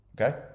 okay